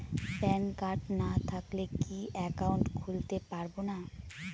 Pan card না থাকলে কি একাউন্ট খুলতে পারবো না?